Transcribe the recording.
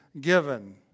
given